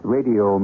Radio